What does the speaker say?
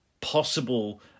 possible